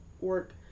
work